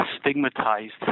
stigmatized